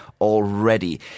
already